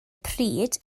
pryd